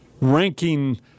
ranking